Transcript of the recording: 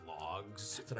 logs